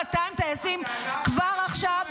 200 טייסים --- את מפיצה פייק ודיס אינפורמציה.